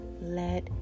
let